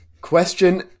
Question